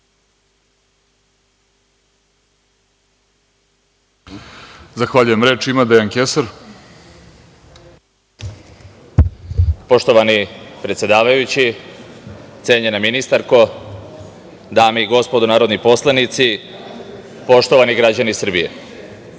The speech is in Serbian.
ima Dejan Kesar. **Dejan Kesar** Poštovani predsedavajući, cenjena ministarko, dame i gospodo narodni poslanici, poštovani građani Srbije,